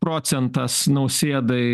procentas nausėdai